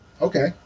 Okay